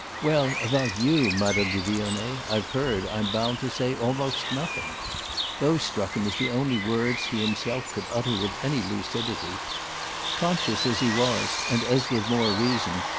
well, about you, madame de vionnet, i've heard, i'm bound to say, almost nothing those struck him as the only words he himself could utter with any lucidity conscious as he was, and as with more reason,